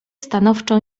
stanowczo